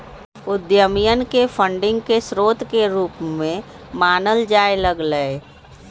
उद्यमियन के फंडिंग के स्रोत के रूप में मानल जाय लग लय